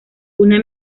una